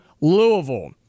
Louisville